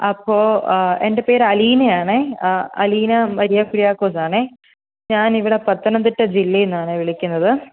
അപ്പോൾ എൻ്റെ പേര് അലീനയാണെ അലീന മരിയ കുര്യാക്കോസ് ആണെ ഞാൻ ഇവിടെ പത്തനംതിട്ട ജില്ലയിൽനിന്നാണെ വിളിക്കുന്നത്